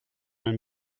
même